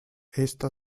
esta